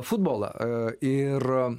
futbolą ir